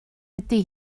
ydy